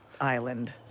island